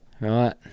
Right